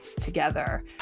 together